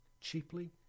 cheaply